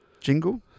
jingle